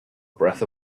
breath